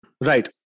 Right